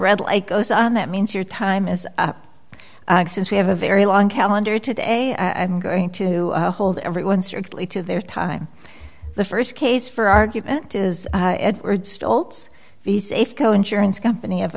red light goes on that means your time is up since we have a very long calendar today i'm going to hold everyone strictly to their time the st case for argument is edward stultz the safeco insurance company of